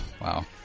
wow